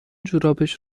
جورابش